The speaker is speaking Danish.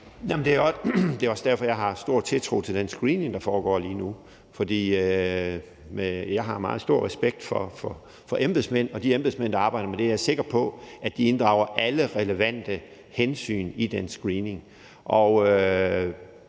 det er også derfor, jeg har stor tiltro til den screening, der foregår lige nu. For jeg har meget stor respekt for embedsmænd, og de embedsmænd, der arbejder med det, er jeg sikker på inddrager alle relevante hensyn i den screening,